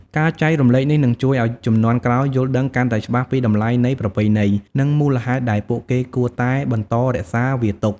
ការចែករំលែកនេះនឹងជួយឱ្យជំនាន់ក្រោយយល់ដឹងកាន់តែច្បាស់ពី តម្លៃនៃប្រពៃណី និងមូលហេតុដែលពួកគេគួរតែបន្តរក្សាវាទុក ។